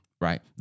right